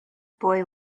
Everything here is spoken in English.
boy